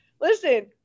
Listen